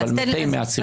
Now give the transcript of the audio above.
אבל מתי מעט סירבו לי.